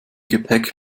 gepäck